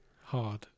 hard